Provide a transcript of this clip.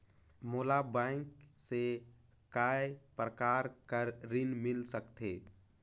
मोला बैंक से काय प्रकार कर ऋण मिल सकथे?